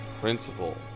principle